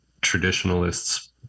traditionalists